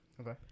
Okay